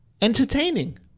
entertaining